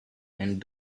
and